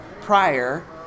prior